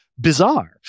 bizarre